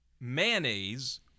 mayonnaise